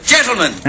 Gentlemen